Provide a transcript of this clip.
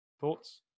Thoughts